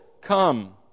come